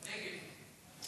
נגד.